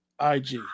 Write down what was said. IG